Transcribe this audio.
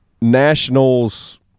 nationals